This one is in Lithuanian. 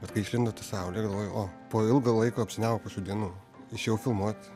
bet kai išlindo saulė galvoju o po ilgo laiko apsiniaukusių dienų išėjau filmuot